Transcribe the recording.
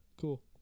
Cool